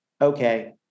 okay